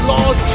Lord